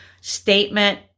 statement